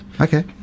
okay